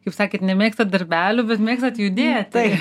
juk sakėt nemėgstat darbelių bet mėgstat judėti